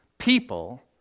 people